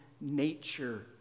nature